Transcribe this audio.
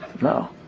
no